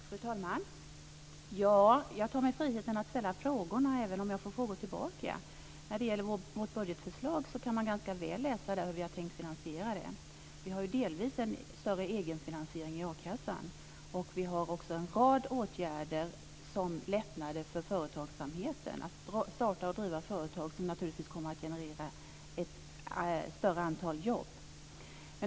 Fru talman! Jag tar mig friheten att ställa frågorna även om jag får frågor tillbaka. Man kan i vårt budgetförslag ganska väl läsa hur vi har tänkt finansiera det. Vi har t.ex. en större egenfinansiering i a-kassan. Vi har också en rad åtgärder som innebär lättnader för företagsamheten när det gäller att starta och driva företag som naturligtvis kommer att generera ett större antal jobb.